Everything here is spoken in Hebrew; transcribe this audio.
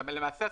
למעשה,